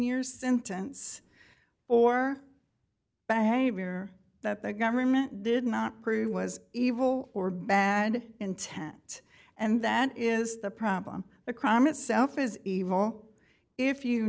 years sentence or behavior that the government did not prove was evil or bad intent and that is the problem the crime itself is evil if you